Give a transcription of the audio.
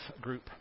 group